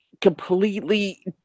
completely